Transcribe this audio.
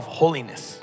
holiness